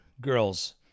Girls